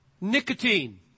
nicotine